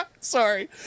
Sorry